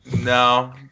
No